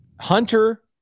Hunter